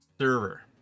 server